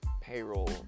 payroll